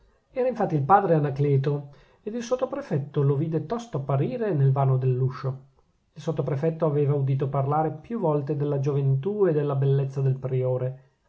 era infatti il padre anacleto e il sottoprefetto lo vide tosto apparire nel vano dell'uscio il sottoprefetto aveva udito parlare più volte della gioventù e della bellezza del priore